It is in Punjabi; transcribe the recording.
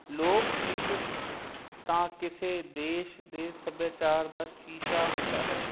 ਲੋਕ ਗੀਤ ਤਾਂ ਕਿਸੇ ਦੇਸ਼ ਦੇ ਸੱਭਿਆਚਾਰ ਦਾ ਸ਼ੀਸ਼ਾ ਹੁੰਦਾ ਹੈ